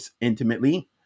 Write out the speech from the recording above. intimately